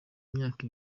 imyaka